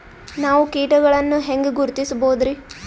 ನಾವು ಕೀಟಗಳನ್ನು ಹೆಂಗ ಗುರುತಿಸಬೋದರಿ?